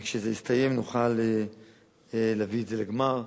וכשזה יסתיים נוכל להביא את זה לגמר.